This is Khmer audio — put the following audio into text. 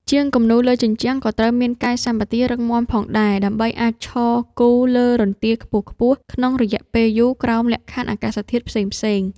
ជាងគំនូរលើជញ្ជាំងក៏ត្រូវមានកាយសម្បទារឹងមាំផងដែរ ដើម្បីអាចឈរគូរលើរន្ទាខ្ពស់ៗក្នុងរយៈពេលយូរក្រោមលក្ខខណ្ឌអាកាសធាតុផ្សេងៗ។